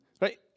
Right